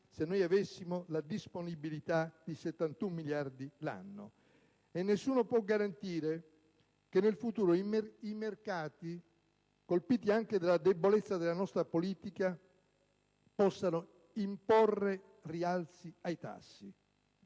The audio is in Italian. se avessimo la disponibilità di 71 miliardi l'anno! Inoltre, nessuno può garantire che nel futuro i mercati, colpiti anche dalla debolezza della nostra politica, possano imporre rialzi ai tassi.